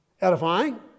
Edifying